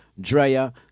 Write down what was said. Drea